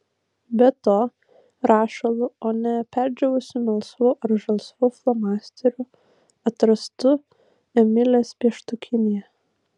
be to rašalu o ne perdžiūvusiu melsvu ar žalsvu flomasteriu atrastu emilės pieštukinėje